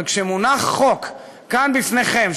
אבל כשמונח חוק כאן לפניכם,